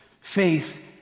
Faith